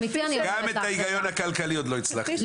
אמיתי אני אומרת לך --- גם את ההיגיון הכלכלי עוד לא הצלחתי להבין.